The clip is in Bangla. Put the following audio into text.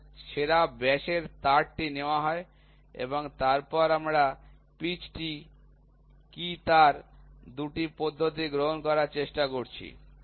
তাহলে সেরা ব্যাসের তারটি নেওয়া হয় এবং তারপরে আমরা পিচটি কী তার ২ টি পদ্ধতি গ্রহণ করার চেষ্টা করছি